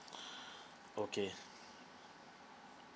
okay